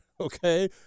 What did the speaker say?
okay